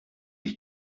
ich